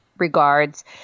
regards